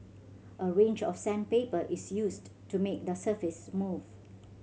a range of sandpaper is used to make the surface smooth